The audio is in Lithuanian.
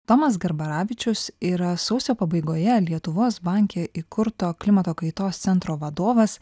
tomas garbaravičius yra sausio pabaigoje lietuvos banke įkurto klimato kaitos centro vadovas